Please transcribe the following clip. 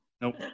Nope